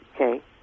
okay